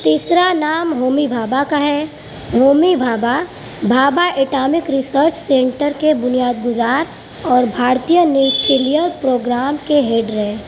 تیسرا نام ہومی بھابھا کا ہے Homi Bhabha Bhabha atomic research centre کے بنیادگزار اور بھارتیہ نیوکلئر پروگرام کے ہیڈ رہے